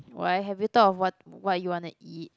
why have you thought of what what you want to eat